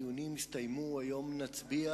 הדיונים יסתיימו והיום נצביע,